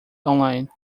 online